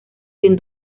sin